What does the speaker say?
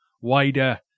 wider